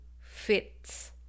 fits